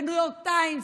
בניו יורק טיימס,